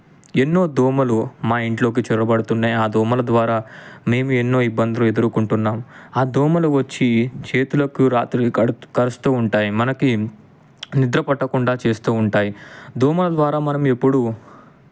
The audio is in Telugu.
ఎన్నో దోమలు మా ఇంట్లోకి చొరబడుతున్నాయి ఆ దోమల ద్వారా మేము ఎన్నో ఇబ్బందులు ఎదురుకుంటున్నాం ఆ దోమలు వచ్చి చేతులకు రాత్రి కడు కరుస్తూ ఉంటాయి మనకి నిద్ర పట్టకుండా చేస్తూ ఉంటాయి దోమలు ద్వారా మనము ఎప్పుడూ